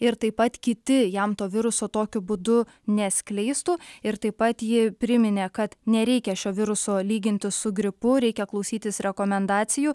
ir taip pat kiti jam to viruso tokiu būdu neskleistų ir taip pat ji priminė kad nereikia šio viruso lyginti su gripu reikia klausytis rekomendacijų